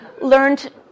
learned